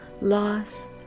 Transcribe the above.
Loss